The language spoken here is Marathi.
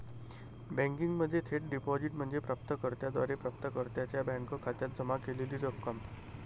बँकिंगमध्ये थेट डिपॉझिट म्हणजे प्राप्त कर्त्याद्वारे प्राप्तकर्त्याच्या बँक खात्यात जमा केलेली रक्कम